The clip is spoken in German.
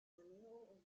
janeiro